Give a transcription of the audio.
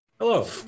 Hello